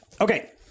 Okay